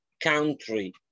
country